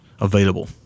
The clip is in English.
available